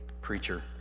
preacher